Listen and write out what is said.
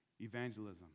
evangelism